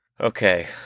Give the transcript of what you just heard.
Okay